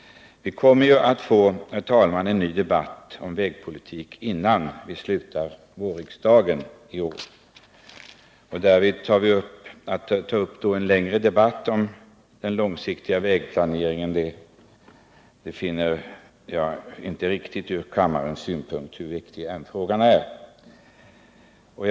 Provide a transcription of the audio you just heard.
Vi kommer att få en ny debatt om vägpolitiken innan vi slutar vårriksdagen. Att nu ta upp en längre diskussion om den långsiktiga vägplaneringen finner jag inte riktigt ur kammarens synpunkt, hur viktig frågan än är.